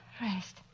Rest